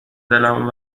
دلم